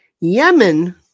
Yemen